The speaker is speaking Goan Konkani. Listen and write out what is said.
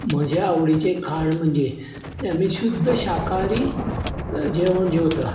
म्हज्या आवडिचें खाण म्हणजे आमी शुद्द शाकाहारी जेवण जेवतात